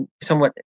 somewhat